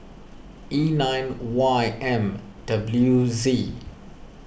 E nine Y M W Z